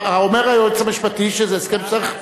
אומר היועץ המשפטי שזה הסכם שצריך,